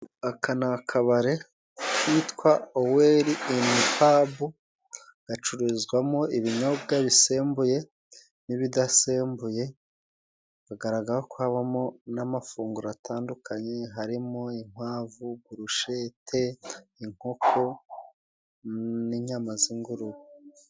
Aka ni akabare kitwa Oweri inipabu gacururizwamo ibinyobwa bisembuye n'ibidasembuye, bagaragara ko habamo n'amafunguro atandukanye harimo inkwavu, burushete, inkoko n'inyama z'ingurube.